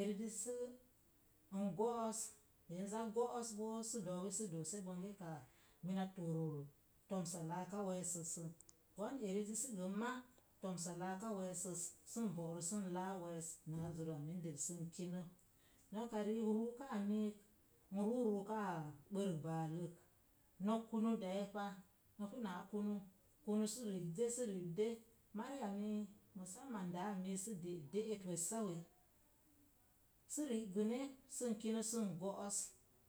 Erizi səə n go̱'o̱s, de n go̱'o̱sa boo sə do̱o̱wi sə doose bonge to̱', mina tor temsa laaka we̱e̱səssə. Gwan erizi sə gə n ma’ to̱msa laaka we̱e̱səs, sən ooro sən laa we̱e̱s naa zura mindəl sən kinə noka riik, ruukaa miik, n ruu ruukaa bərk baalək nok kunu daye pa. Npu naa kunu, kunu sə ribde, sə ribde. Mariya miiy musamman daa a miiz sə de’ de'et wessawe’ sə ri'gəne sen kina sən go'os.